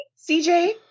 CJ